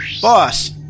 Boss